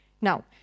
now